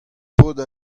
paotr